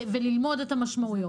אני מנסה ללמוד את המשמעויות.